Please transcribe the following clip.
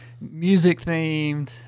music-themed